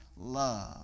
love